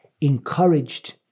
encouraged